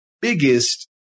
biggest